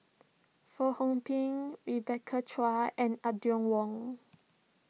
Fong Hoe Beng Rebecca Chua and Audrey Wong